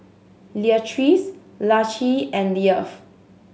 Leatrice Laci and Leif